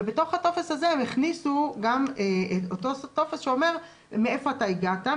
ובתוך הטופס הזה הם הכניסו גם אותו טופס שאומר מאיפה הגעת,